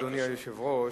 אדוני היושב-ראש,